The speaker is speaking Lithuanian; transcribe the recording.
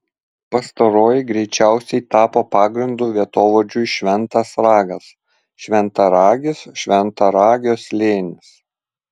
pastaroji greičiausiai tapo pagrindu vietovardžiui šventas ragas šventaragis šventaragio slėnis